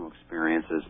experiences